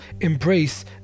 embrace